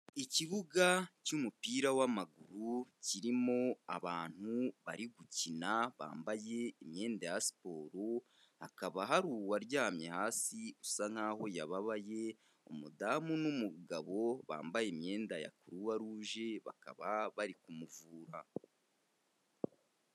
Ikibuga cy'umupira w'amaguru kirimo abantu bari gukina bambaye imyenda ya siporo, hakaba hari uwaryamye hasi usa nk'aho yababaye, umudamu n'umugabo bambaye imyenda ya Croix rouge bakaba bari kumuvura.